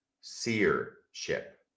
seership